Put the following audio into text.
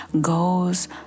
goes